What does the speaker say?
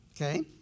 Okay